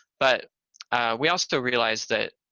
but we also realized that